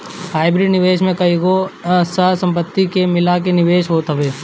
hybrid निवेश में कईगो सह संपत्ति के मिला के निवेश होत हवे